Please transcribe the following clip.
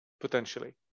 Potentially